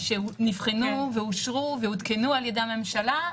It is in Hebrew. שנבחנו ואושרו והותקנו על ידי הממשלה,